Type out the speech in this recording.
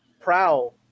Prowl